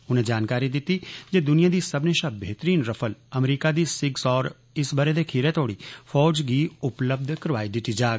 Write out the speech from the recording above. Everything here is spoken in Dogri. उनें जानकारी दित्ती जे दुनिया दी सब्बनें शा बेहतरीन रफल अमरीका दी एसआईजी सौर इस बःरे दे खीरै तोड़ी फौज गी उपलब्य करोआई दित्ती जाग